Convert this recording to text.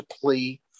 plea